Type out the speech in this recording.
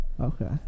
Okay